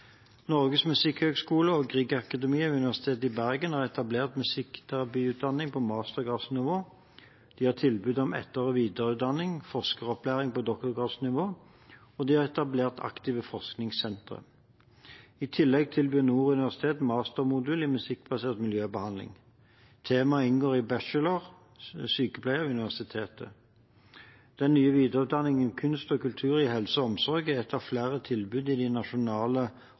Norges musikkhøgskole og Griegakademiet ved Universitetet i Bergen har etablert musikkterapiutdanning på mastergradsnivå, de har tilbud om etter- og videreutdanning, forskeropplæring på doktorgradsnivå, og de har etablert aktive forskningssentre. I tillegg tilbyr Nord universitet mastermodul i musikkbasert miljøbehandling. Temaet inngår i bachelor sykepleie ved universitetet. Den nye videreutdanningen Kunst og kultur i helse og omsorg er ett av flere tilbud i